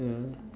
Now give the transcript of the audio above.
yeah